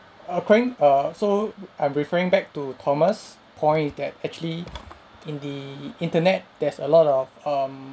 according err so I'm referring back to thomas point is that actually in the internet there's a lot of um